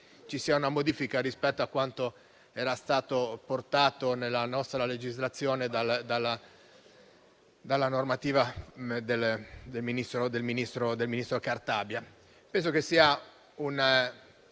ci sia una modifica rispetto a quanto era stato portato nella nostra legislazione dalla normativa del ministro Cartabia. Ritengo sia un